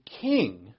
king